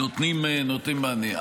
נותנים מענה.